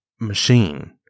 machine